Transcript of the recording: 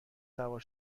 سوار